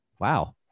wow